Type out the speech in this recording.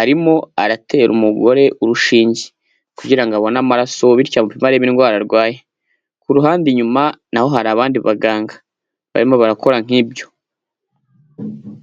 arimo aratera umugore urushinge kugira ngo abone amaraso bityo agabanye mo indwara arwaye, ku ruhande inyuma na ho hari abandi baganga barimo barakora nk'ibyo.